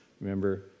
Remember